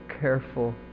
careful